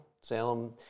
Salem –